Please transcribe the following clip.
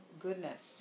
goodness